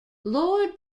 lord